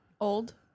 Old